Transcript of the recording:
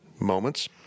moments